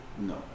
no